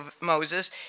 Moses